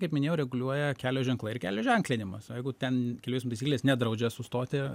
kaip minėjau reguliuoja kelio ženklai ir kelio ženklinimas o jeigu ten kelių eismo taisyklės nedraudžia sustoti